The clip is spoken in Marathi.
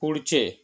पुढचे